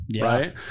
right